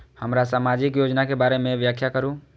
हमरा सामाजिक योजना के बारे में व्याख्या करु?